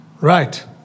Right